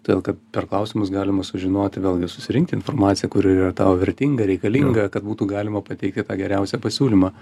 todėl kad per klausimus galima sužinoti vėlgi susirinkti informaciją kuri yra tau vertinga reikalinga kad būtų galima pateikti tą geriausią pasiūlymą